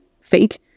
fake